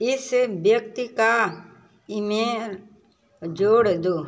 इस व्यक्ति का ईमेल जोड़ दो